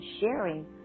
sharing